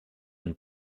and